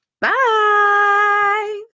Bye